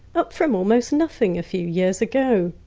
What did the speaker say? up from almost nothing a few years ago.